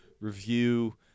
review